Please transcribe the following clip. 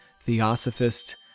theosophist